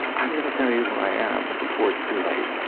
i'm going to tell you who i am before it's too late.